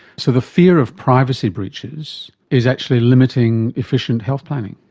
so the fear of privacy breaches is actually limiting efficient health planning.